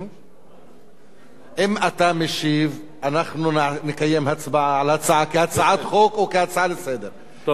אם אתה משיב אנחנו נקיים הצבעה על ההצעה כהצעת חוק או כהצעה לסדר-היום.